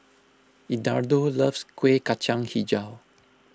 Eduardo loves Kueh Kacang HiJau